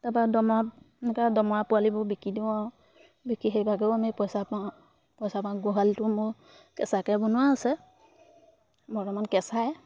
তাৰপৰা দমৰা এনেকৈ দমৰা পোৱালিবোৰ বিকি দিওঁ আৰু বিকি সেইভাগেও আমি পইচা পাওঁ পইচা পাওঁ গোহালিটো মোৰ কেঁচাকৈ বনোৱা আছে বৰ্তমান কেঁচাই